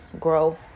grow